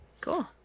cool